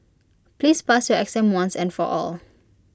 please pass your exam once and for all